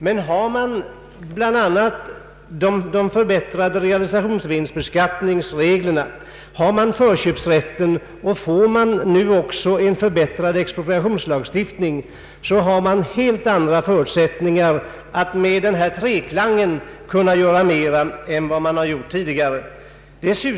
Men har man bl.a. de förbättrade realisationsvinstbeskattningsreglerna samt förköpsrätten och får man nu också en förbättrad expropriationslagstiftning, har man helt andra förutsättningar att med denna treklang göra mer än vad man har gjort tidigare.